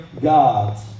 gods